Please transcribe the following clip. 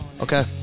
Okay